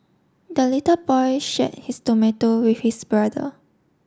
the little boy shared his tomato with his brother